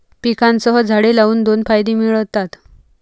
पिकांसह झाडे लावून दोन फायदे मिळतात